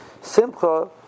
simcha